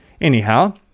Anyhow